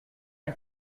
and